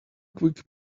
quick